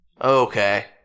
Okay